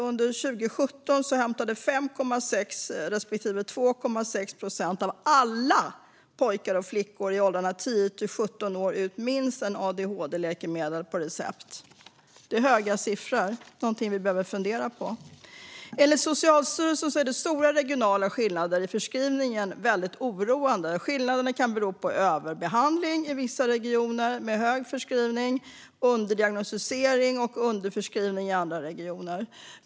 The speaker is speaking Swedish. Under 2017 hämtade 5,6 respektive 2,6 procent av alla pojkar och flickor i åldern 10-17 år ut minst ett adhd-läkemedel på recept. Det är höga siffror och något som vi behöver fundera på. Enligt Socialstyrelsen är de stora regionala skillnaderna i förskrivningen väldigt oroande. Skillnaderna kan bero på överbehandling i vissa regioner med hög förskrivning och på underdiagnostisering och underförskrivning i andra regioner.